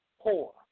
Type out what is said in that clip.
poor